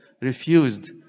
refused